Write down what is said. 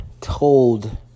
told